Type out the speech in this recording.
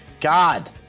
God